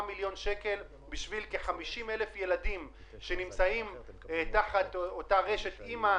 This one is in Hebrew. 10 מיליון שקל בשביל כ-50,000 ילדים שנמצאים תחת אותה רשת א.מ.א.